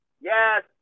yes